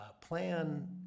plan